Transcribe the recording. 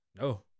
No